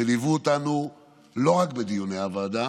שליוו אותנו לא רק בדיוני הוועדה